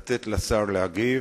לתת לשר להגיב,